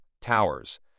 towers